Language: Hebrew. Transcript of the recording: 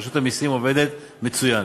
רשות המסים עובדת מצוין,